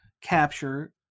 capture